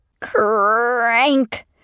Crank